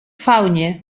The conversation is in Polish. faunie